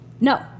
No